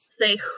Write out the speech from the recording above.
say